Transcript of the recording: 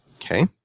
Okay